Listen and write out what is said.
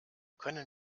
können